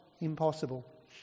impossible